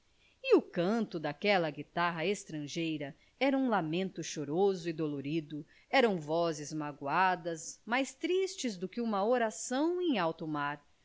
o canto daquela guitarra estrangeira era um lamento choroso e dolorido eram vozes magoadas mais tristes do que uma oração em alto mar